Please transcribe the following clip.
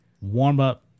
warm-up